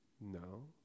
No